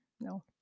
No